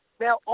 Now